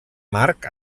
marc